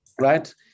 right